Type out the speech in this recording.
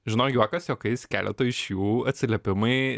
žinok juokas juokais keleto iš jų atsiliepimai